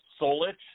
Solich